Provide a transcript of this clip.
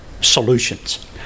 solutions